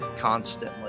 constantly